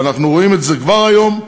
ואנחנו רואים את זה כבר היום,